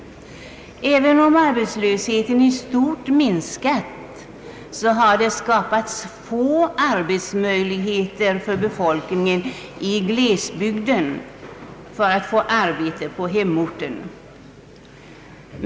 även om arbetslösheten i stort sett minskat har det skapats få möjligheter för befolkningen i glesbygden att få arbete på hemorten.